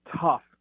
tough